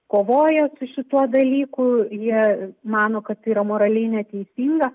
kovoja su šituo dalyku jie mano kad yra moraliai neteisinga